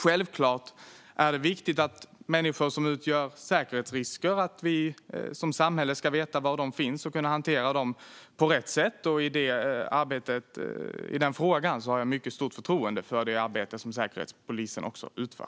Självklart är det viktigt att vi som samhälle ska veta var de människor som utgör säkerhetsrisker finns och kunna hantera dem på rätt sätt. I den frågan har jag mycket stort förtroende för det arbete som Säkerhetspolisen utför.